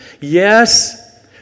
yes